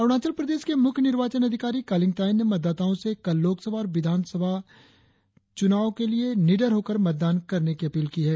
अरुणाचल प्रदेश के मुख्य निर्वाचन अधिकारी कालिंग तायेंग ने मतदाताओं से कल लोकसभा और विधानसभा के लिए निडर होकर मतदान करने की अपील की है